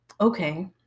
okay